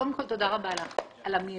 קודם כול, תודה רבה לך על המהירות